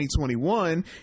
2021